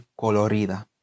colorida